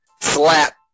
slap